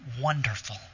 wonderful